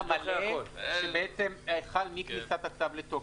חל מכניסת הצו לתוקף,